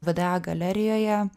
vda galerijoje